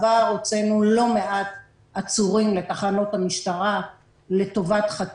בעבר הוצאנו לא מעט עצורים לתחנות המשטרה לחקירות.